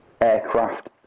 aircraft